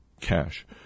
cash